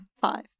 Five